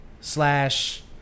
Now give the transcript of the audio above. slash